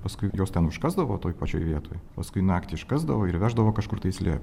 paskui juos ten užkasdavo toj pačioj vietoj paskui naktį iškasdavo ir veždavo kažkur tai slėpt